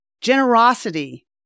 generosity